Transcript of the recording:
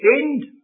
end